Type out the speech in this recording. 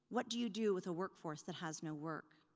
what do you do with a workforce that has no work?